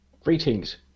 Greetings